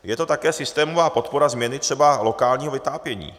Je to také systémová podpora změny třeba lokálního vytápění.